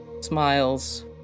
smiles